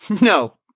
No